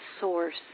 source